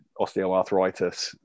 osteoarthritis